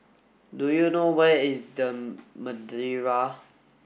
do you know where is The Madeira